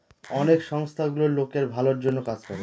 অনেক সংস্থা গুলো লোকের ভালোর জন্য কাজ করে